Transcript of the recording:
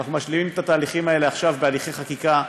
אנחנו משלימים את התהליכים האלה עכשיו בהליכי חקיקה,